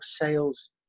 sales